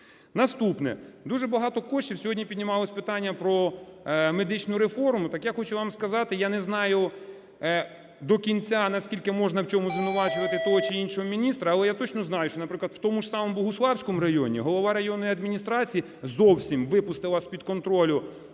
Наступне. Дуже багато коштів… сьогодні піднімалось питання про медичну реформу, так я хочу вам сказати, я не знаю до кінця, наскільки можна в чомусь звинувачувати того чи іншого міністра, але я точно знаю, що, наприклад, в тому ж самому Богуславському районі голова районної адміністрації зовсім випустила з-під контролю